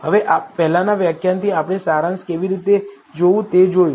હવે પહેલાનાં વ્યાખ્યાનથી આપણે સારાંશ કેવી રીતે જોવું તે જોયું